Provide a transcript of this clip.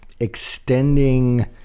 extending